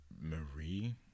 Marie